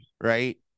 Right